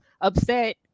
upset